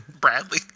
Bradley